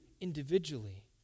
individually